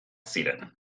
ziren